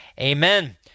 Amen